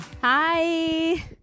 Hi